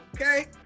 okay